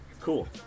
Cool